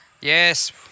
Yes